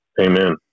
Amen